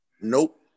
Nope